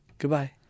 Goodbye